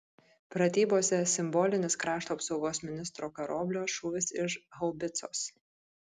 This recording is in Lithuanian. pratybose simbolinis krašto apsaugos ministro karoblio šūvis iš haubicos